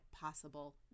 possible